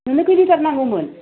नोंनो कै लिटार नांगौमोन